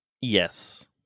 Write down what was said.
Yes